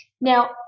now